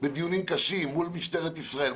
בדיונים קשים מול משטרת ישראל,